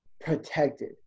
protected